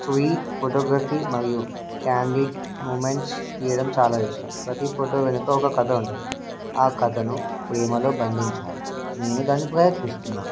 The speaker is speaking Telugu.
స్ట్రీట్ ఫోటోగ్రఫీ మరియు క్యాండిడ్ మూమెంట్స్ తీయడం చాలా ఇష్టం ప్రతి ఫోటో వెనుక ఒక కథ ఉంటుంది ఆ కథను ప్రేమ్లో బంధించాలి నేను దానిని ప్రయత్నిస్తున్నాను